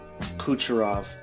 Kucherov